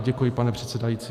Děkuji, pane předsedající.